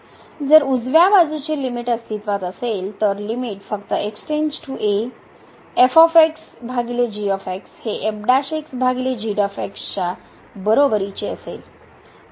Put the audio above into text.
जर उजव्या बाजूचे लिमिट अस्तित्वात असेल तर लिमिट फक्त हे च्या बरोबरीची असेल